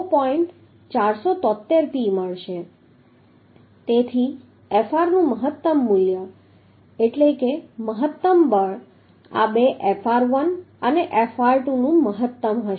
473P મળશે તેથી Fr નું મહત્તમ મૂલ્ય એટલે કે મહત્તમ બળ આ બે Fr1 અને Fr2 નું મહત્તમ હશે